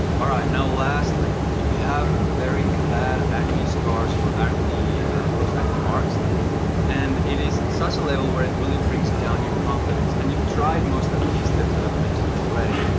all right now lastly if you have very bad acne scars or post acne marks and it is at such a level where it really brings down your confidence and you've tried most of these tips that i've mentioned already,